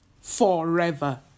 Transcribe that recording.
forever